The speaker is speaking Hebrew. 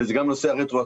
וזה גם נושא הרטרואקטיביות: